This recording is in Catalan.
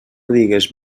digues